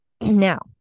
Now